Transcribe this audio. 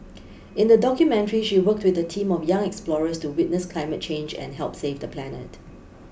in the documentary she worked with a team of young explorers to witness climate change and help save the planet